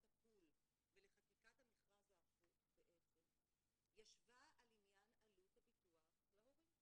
הפול ולחקיקת המכרז ההפוך ישבה על עניין עלות הביטוח להורים.